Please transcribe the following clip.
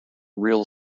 real